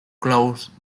close